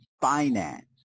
finance